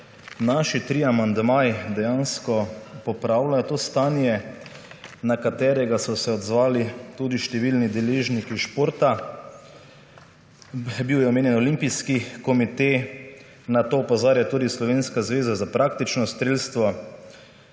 naši trije amandmaji dejansko popravljajo to stanje, na katerega so se odzvali tudi številni deležniki iz športa. Bil je omenjen Olimpijski komite, na to opozarja tudi Slovenska zveza za praktično strelstvo.